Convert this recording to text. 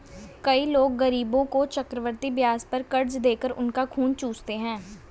कई लोग गरीबों को चक्रवृद्धि ब्याज पर कर्ज देकर उनका खून चूसते हैं